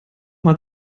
mal